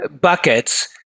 buckets